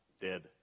dead